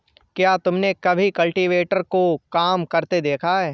क्या तुमने कभी कल्टीवेटर को काम करते देखा है?